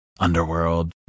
Underworld